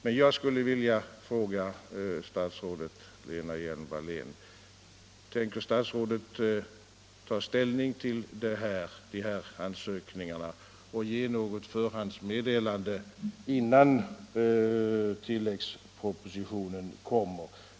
Men jag skulle vilja fråga statsrådet Lena Hjelm-Wallén: Tänker statsrådet ta ställning till ansökningarna och ge något förhandsmeddelande innan tilläggspropositionen kommer?